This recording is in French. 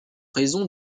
raison